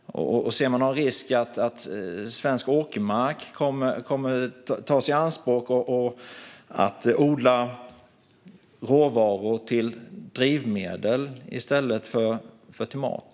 Ser hon någon risk för att svensk åkermark kommer att tas i anspråk för att odla råvaror för drivmedel i stället för mat?